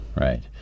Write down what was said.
right